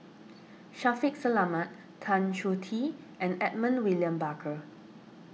Shaffiq Selamat Tan Choh Tee and Edmund William Barker